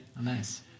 Nice